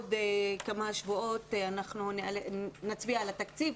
בעוד כמה שבועות אנחנו נצביע על התקציב,